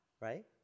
right